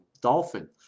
dolphin